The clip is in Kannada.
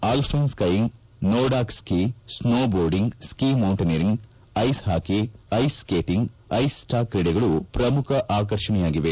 ಅಲ್ಟೈನ್ skiing Nordic ski snowboarding ski mountaineering ice hockey ice skating ice stock ಕ್ರೀಡೆಗಳು ಪ್ರಮುಖ ಆಕರ್ಷಣೆಯಾಗಿವೆ